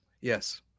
Yes